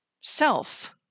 self